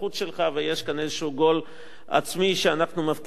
ויש כאן איזשהו גול עצמי שאנחנו מבקיעים לעצמנו.